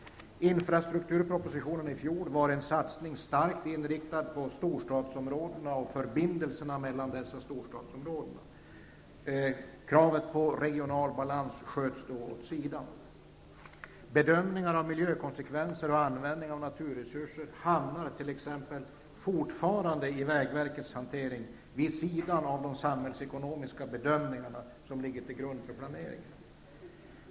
Infrastrukturpropositionen i fjol var en satsning som var starkt inriktad på storstadsområdena och på förbindelserna mellan dessa. Kravet på regional balans sköts då åt sidan. Bedömningar av mijökonsekvenser och användning av naturresurser hamnar t.ex. fortfarande i vägverkets hantering vid sidan av de samhällsekonomiska bedömningar som ligger till grund för planeringen.